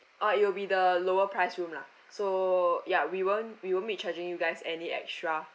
oh it will the lower price room lah so ya we won't we won't be charging you guys any extra